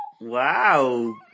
Wow